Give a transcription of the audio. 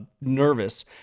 nervous